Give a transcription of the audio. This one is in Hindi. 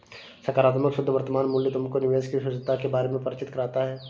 सकारात्मक शुद्ध वर्तमान मूल्य तुमको निवेश की शुद्धता के बारे में परिचित कराता है